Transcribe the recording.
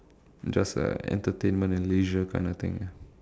just a entertainment and leisure kind of thing ah